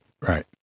Right